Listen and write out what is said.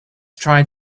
tried